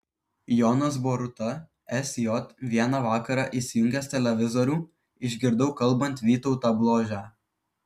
jonas boruta sj vieną vakarą įsijungęs televizorių išgirdau kalbant vytautą bložę